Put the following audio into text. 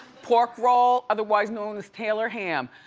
pork roll, otherwise known as taylor ham.